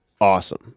awesome